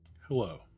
Hello